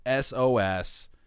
SOS